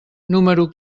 número